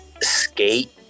skate